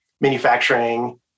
manufacturing